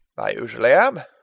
i usually am!